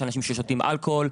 יש אנשים ששותים אלכוהול,